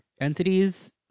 entities